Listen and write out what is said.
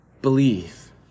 believe